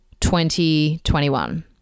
2021